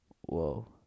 Whoa